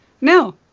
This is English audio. No